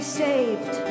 saved